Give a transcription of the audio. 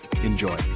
Enjoy